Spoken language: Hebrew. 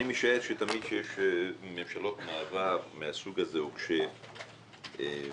אני משער כשיש ממשלות מעבר מהסוג הזה וכשמשרד